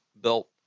built